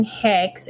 hex